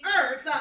earth